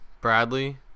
Bradley